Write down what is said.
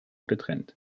getrennt